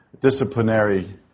disciplinary